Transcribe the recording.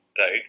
right